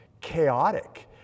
chaotic